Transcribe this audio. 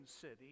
city